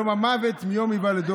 יום המוות הוא יום היוולדו.